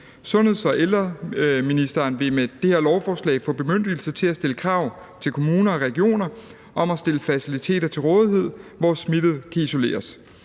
Sundheds- og ældreministeren vil med det her lovforslag få bemyndigelse til at stille krav til kommuner og regioner om at stille faciliteter til rådighed, hvor smittede kan isoleres,